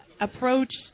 approach